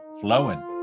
flowing